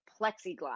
plexiglass